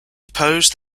proposed